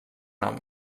nom